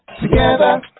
together